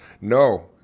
No